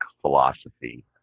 philosophy